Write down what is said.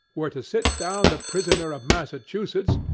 were to sit down the prisoner of massachusetts,